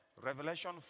Revelation